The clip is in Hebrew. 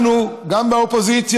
אנחנו, גם באופוזיציה,